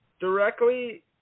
directly